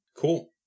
Cool